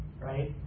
Right